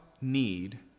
need